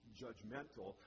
judgmental